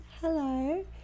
hello